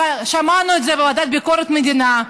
שמענו את זה בוועדה לביקורת המדינה.